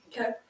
Okay